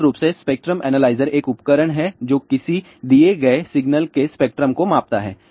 मूल रूप से स्पेक्ट्रम एनालाइजर एक उपकरण है जो किसी दिए गए सिग्नल के स्पेक्ट्रम को मापता है